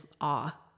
awe